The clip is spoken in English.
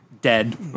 dead